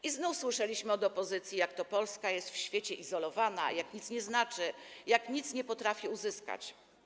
I znów słyszeliśmy od opozycji, jak to Polska jest w świecie izolowana, jak nic nie znaczy, jak nic nie potrafi uzyskać.